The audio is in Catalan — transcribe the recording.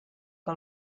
que